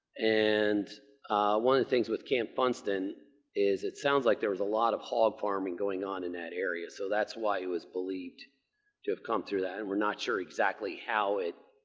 and one of the things with camp funston is it sounds like there was a lot of hog farming going on in that area, so that's why it was believed to have come through that. and we're not sure exactly how it